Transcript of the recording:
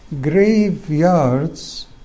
graveyards